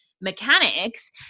mechanics